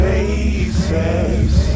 faces